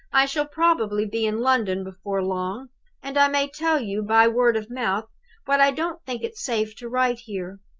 i shall probably be in london before long and i may tell you by word of mouth what i don't think it safe to write here.